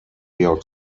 york